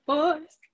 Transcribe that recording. Boys